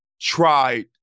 tried